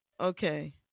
Okay